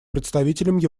представителем